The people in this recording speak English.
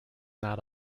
not